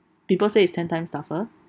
people say it's ten times tougher